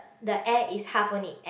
the air is half only air